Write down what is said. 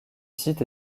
site